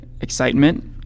excitement